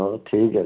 ହଉ ଠିକ୍ ଅଛି